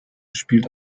spielt